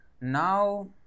Now